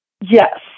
Yes